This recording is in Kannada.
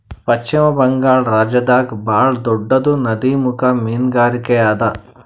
ಪಶ್ಚಿಮ ಬಂಗಾಳ್ ರಾಜ್ಯದಾಗ್ ಭಾಳ್ ದೊಡ್ಡದ್ ನದಿಮುಖ ಮೀನ್ಗಾರಿಕೆ ಅದಾ